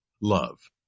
love